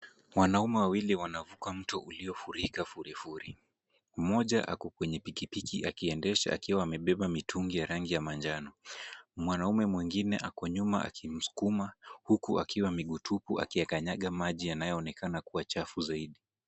Wanaume wawili wanavuka mto uliofurika furi furi. Mmoja ako kwenye piki piki akiendesha akiwa amebeba mitungi ya rangi ya manjano. Mwanaume mwingine ako nyuma akimsukuma huku akiwa miguu tupu akiyakanyaga maji yanayoonekana kuwa chafu zaidi.